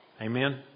Amen